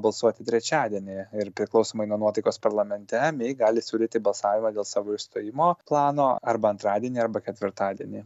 balsuoti trečiadienį ir priklausomai nuo nuotaikos parlamente mei gali siūlyti balsavimą dėl savo išstojimo plano arba antradienį arba ketvirtadienį